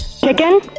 Chicken